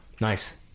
Nice